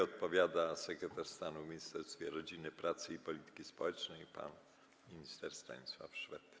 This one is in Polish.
Odpowiada sekretarz stanu w Ministerstwie Rodziny, Pracy i Polityki Społecznej pan minister Stanisław Szwed.